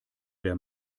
der